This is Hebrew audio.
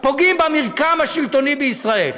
פוגעים במרקם השלטוני בישראל.